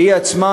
והיא עצמה,